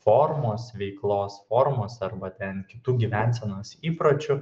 formos veiklos formos arba ten kitų gyvensenos įpročių